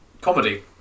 comedy